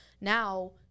now